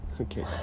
Okay